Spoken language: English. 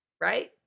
right